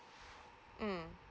mm